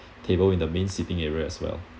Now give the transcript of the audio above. table in the main seating area as well